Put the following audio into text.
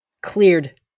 Cleared